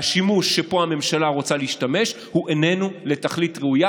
והשימוש שפה הממשלה רוצה להשתמש הוא איננו לתכלית ראויה,